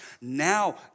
now